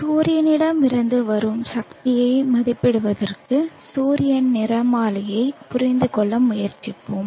சூரியனிடமிருந்து வரும் சக்தியை மதிப்பிடுவதற்கு சூரியனின் நிறமாலையைப் புரிந்துகொள்ள முயற்சிப்போம்